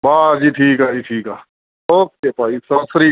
ਵਾਹ ਜੀ ਠੀਕ ਆ ਜੀ ਠੀਕ ਆ ਓਕੇ ਭਾਅ ਜੀ ਸਤਿ ਸ਼੍ਰੀ ਅਕਾਲ